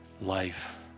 life